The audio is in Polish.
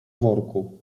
worku